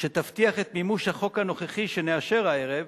שתבטיח את מימוש החוק הנוכחי שנאשר הערב,